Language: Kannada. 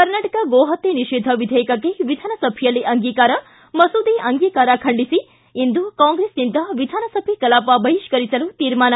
ಕರ್ನಾಟಕ ಗೋಹತ್ಯೆ ನಿಷೇಧ ವಿಧೇಯಕಕ್ಕೆ ವಿಧಾನಸಭೆಯಲ್ಲಿ ಅಂಗೀಕಾರ ಮಸೂದೆ ಅಂಗೀಕಾರ ಖಂಡಿಸಿ ಇಂದು ಕಾಂಗ್ರೆಸ್ನಿಂದ ವಿಧಾನಸಭೆ ಕಲಾಪ ಬಹಿಷ್ಕರಿಸಲು ತೀರ್ಮಾನ